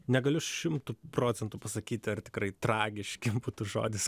negaliu šimtu procentų pasakyti ar tikrai tragiški būtų žodis